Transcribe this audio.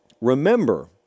Remember